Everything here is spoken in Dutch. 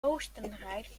oostenrijk